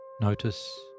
notice